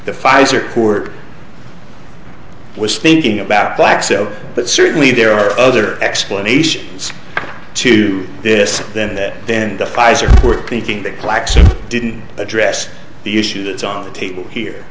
the pfizer court was thinking about black so but certainly there are other explanations to this than that then the pfizer report thinking that klaxon didn't address the issue that's on the table here